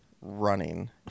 running